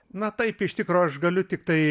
na taip iš tikro aš galiu tiktai